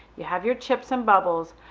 you have your chips and bubbles,